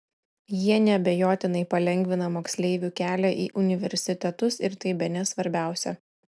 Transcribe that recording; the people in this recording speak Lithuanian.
jie neabejotinai palengvina moksleivių kelią į universitetus ir tai bene svarbiausia